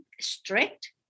strict